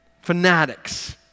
Fanatics